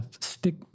stick